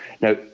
now